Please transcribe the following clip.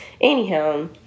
anyhow